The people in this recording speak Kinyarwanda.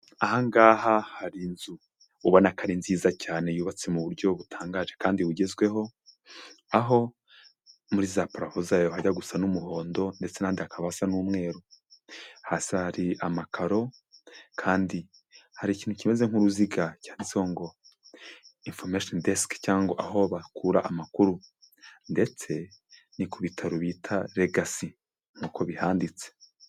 Aha ngaha hari inzu, ubona ko ari nziza cyane yubatse mu buryo butangaje kandi bugezweho, aho muri za parafo zayo hajya gusa n'umuhondo ndetse n'ahandi hakaba hasa n'umweru, hasi hari amakaro kandi hari ikintu kimeze nk'uruziga cyanditseho ngo: " Imfomesheni desike" cyangwa ngo: "aho bakura amakuru" ndetse ni ku bitaro bita Legacy. Ni uko bihanditse.